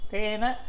Tena